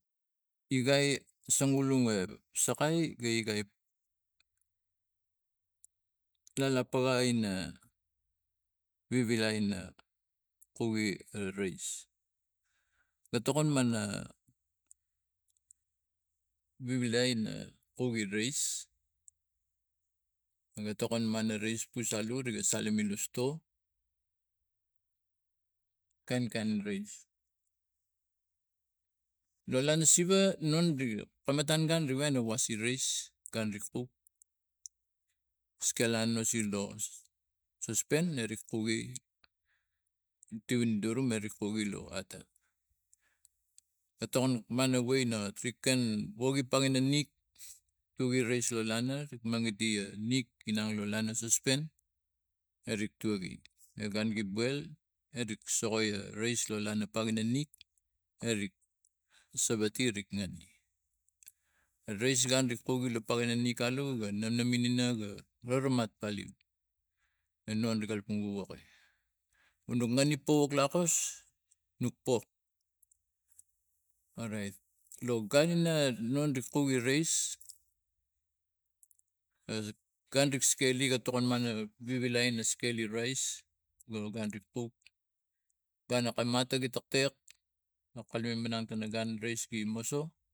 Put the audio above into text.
Igai songoulong sakai ga igai lala pakai ina vivilai ina kowe a raise ga tokon mana vivilai na kowe rais na tokon mara rais pusalu ri ga salim in ra stoa kain kain rais lo lana siva non la matong gun riwain ra wase raise gun ri kuk skela nuseng lo sospen neri kuge etuan durum narik kuge lo atar a tokon man a wai na triken woge pangana nik tuge rais lo lana mangit dia nik inang lo lana sospan ner i tuagi la gun arik ik boil erik soko a rais lo lana pagaro nik arik sevati arik gnang rais gun ri pul gi pagana nik arik sevati arik gnan rais gun ri palou a non gi kalapang wowogai nok ngan ik powak lakos nok pik orait lo gun in nong ri poge rais gun nok skkeli ga tokon mana vivilai in skeli rais ga ri pok ga guna taka mata i tektek no kalume tanang rais gi moso.